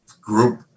group